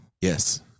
yes